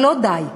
אבל בזה לא די.